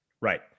Right